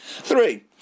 Three